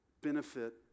benefit